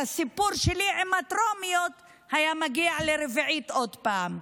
הסיפור שלי עם הטרומיות היה מגיע לרביעית עוד פעם,